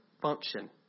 function